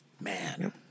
Man